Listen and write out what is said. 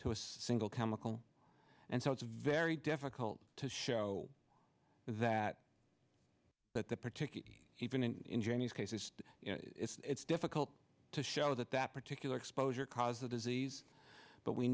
to a single chemical and so it's very difficult to show that that the particular even in ingenious cases it's difficult to show that that particular exposure cause the disease but we